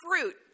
fruit